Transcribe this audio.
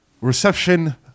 reception